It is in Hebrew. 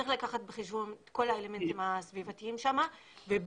צריך לקחת בחשבון את כל האלמנטים הסביבתיים שם ובטח